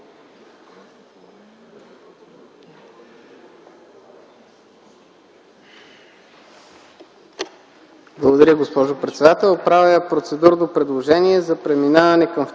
Благодаря, госпожо председател. Правя процедурно предложение за преминаване към